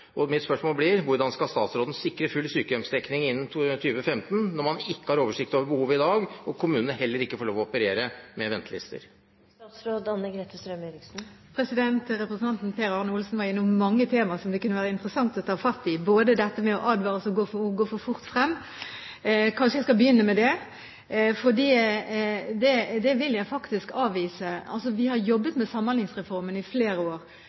burde. Mitt spørsmål blir: Hvordan skal statsråden sikre full sykehjemsdekning innen 2015 når man ikke har oversikt over behovet i dag og kommunene heller ikke får lov til å operere med ventelister? Representanten Per Arne Olsen var innom mange tema som det kunne være interessant å ta fatt i, bl.a. dette med å advare mot å gå for fort frem. Kanskje jeg skal begynne med det, for det vil jeg faktisk avvise. Vi har jobbet med Samhandlingsreformen i flere år.